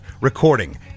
recording